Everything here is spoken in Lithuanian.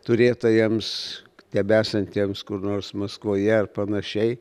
turėtojams tebesantiems kur nors maskvoje ar panašiai